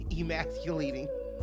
emasculating